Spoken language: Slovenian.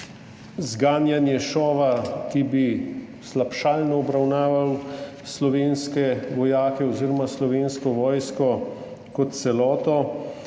zganjati šov, ki bi slabšalno obravnaval slovenske vojake oziroma Slovensko vojsko kot celoto